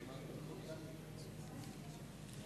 ההצעה להעביר את הצעת חוק סדר